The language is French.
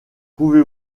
pouvez